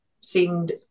seemed